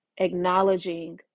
acknowledging